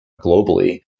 globally